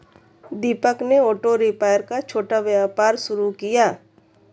दीपक ने auto repair का छोटा व्यापार शुरू किया